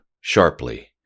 sharply